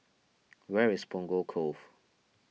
where is Punggol Cove